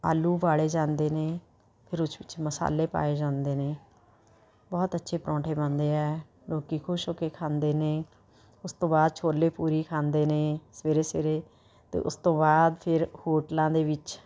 ਆਲੂ ਉਬਾਲੇ ਜਾਂਦੇ ਨੇ ਫਿਰ ਉਸ ਵਿੱਚ ਮਸਾਲੇ ਪਾਏ ਜਾਂਦੇ ਨੇ ਬਹੁਤ ਅੱਛੇ ਪਰੌਂਠੇ ਬਣਦੇ ਹੈ ਲੋਕ ਖੁਸ਼ ਹੋ ਕੇ ਖਾਂਦੇ ਨੇ ਉਸ ਤੋਂ ਬਾਅਦ ਛੋਲੇ ਪੂਰੀ ਖਾਂਦੇ ਨੇ ਸਵੇਰੇ ਸਵੇਰੇ ਅਤੇ ਉਸ ਤੋਂ ਬਾਅਦ ਫਿਰ ਹੋਟਲਾਂ ਦੇ ਵਿੱਚ